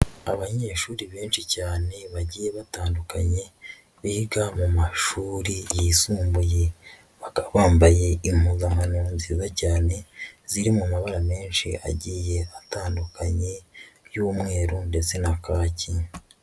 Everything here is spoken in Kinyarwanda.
Abanyeshuri benshi cyane bagiye batandukanye biga mu mashuri yisumbuye, bakaba bambaye impuzankano nziza cyane, ziri mu mabara menshi agiye atandukanye y'umweru ndetse na kaki.